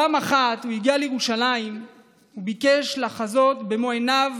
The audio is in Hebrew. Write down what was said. פעם אחת הוא הגיע לירושלים וביקש לחזות במו עיניו,